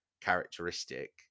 characteristic